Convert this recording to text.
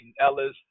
Ellis